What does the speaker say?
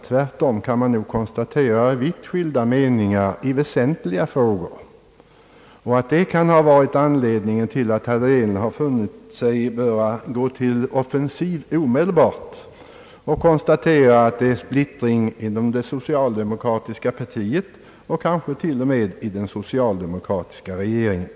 Tvärtom kan man nog konstatera vitt skilda meningar i vä sentliga frågor, och det kan ha varit anledningen till att herr Dahlén funnit sig böra gå till offensiv omedelbart och konstatera att det är splittring inom det socialdemokratiska partiet, kanske till och med i den socialdemokratiska regeringen.